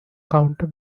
counter